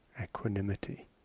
equanimity